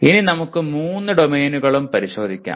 ഇനി നമുക്ക് മൂന്ന് ഡൊമെയ്നുകളും പരിശോധിക്കാം